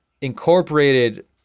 Incorporated